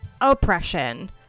oppression